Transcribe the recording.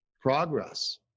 progress